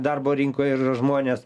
darbo rinkoj ir žmonės